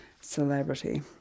celebrity